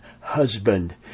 husband